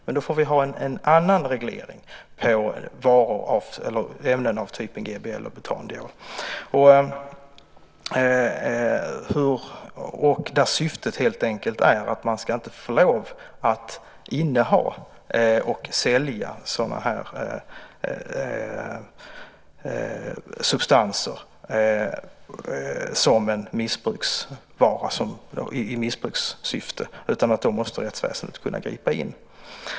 Men då får vi ha en annan reglering av ämnen av typen GBL och butandiol där syftet helt enkelt är att man inte ska få lov att inneha och sälja sådana här substanser som en missbruksvara, i missbrukssyfte. Då måste rättsväsendet kunna gripa in.